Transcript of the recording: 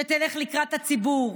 שתלך לקראת הציבור,